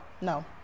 no